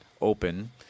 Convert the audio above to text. open